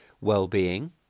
well-being